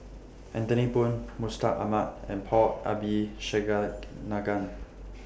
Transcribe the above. Anthony Poon Mustaq Ahmad and Paul